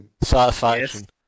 Satisfaction